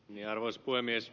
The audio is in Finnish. jarmo ispoimies